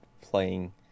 playing